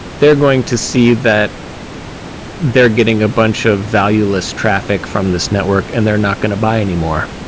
they're going to see that they're getting a bunch of valueless traffic from this network and they're not going to buy anymore.